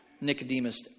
Nicodemus